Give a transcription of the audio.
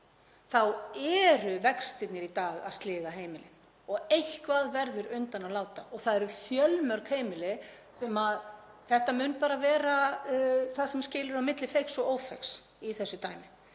þá eru vextirnir í dag að sliga heimilin og eitthvað verður undan að láta. Það eru fjölmörg heimili í þeirri stöðu að þetta mun bara vera það sem skilur á milli feigs og ófeigs í þessu dæmi.